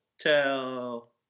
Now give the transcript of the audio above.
Tell